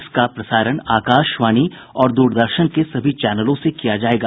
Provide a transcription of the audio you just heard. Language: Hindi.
इसका प्रसारण आकाशवाणी और द्रदर्शन के सभी चैनलों से किया जायेगा